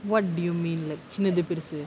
what do you mean like சின்னது பெருசு:chinnathu perusu